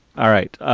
all right.